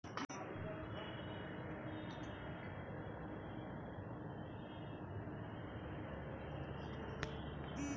ভেড়াদের কয়েকটা রোগ সম্বন্ধে আমরা জানি যেরম ব্র্যাক্সি, ব্ল্যাক লেগ ইত্যাদি